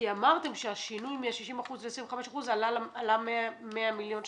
כי אמרתם שהשינוי מה-60% ל-25% עלה 100 מיליון שקל.